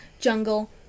jungle